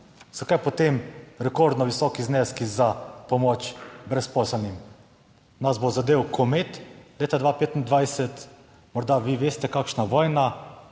Zakaj potem rekordno visoki zneski za pomoč brezposelnim? Nas bo zadel komet leta 2025? Morda vi veste kakšna vojna?